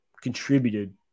contributed